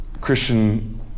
Christian